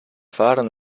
varen